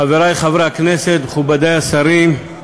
חברי חברי הכנסת, מכובדי השרים,